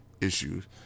issues